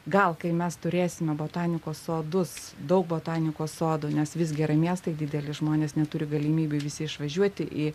gal kai mes turėsime botanikos sodus daug botanikos sodų nes vis gi yra miestai dideli žmonės neturi galimybių visi išvažiuoti į